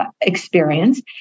experience